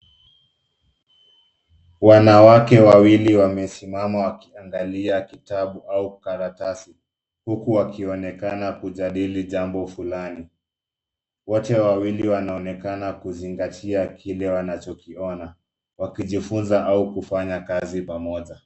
Wanawake Wawili wamesimama wakiangalia kitabu au karatasi huku wakionekana kujadili jambo fulani. Wote wawili wanaonekana kuzingatia kile wanacho kiona wakijifunza au kufanya kazi pamoja.